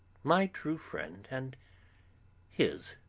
my true friend, and his!